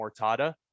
Mortada